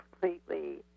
completely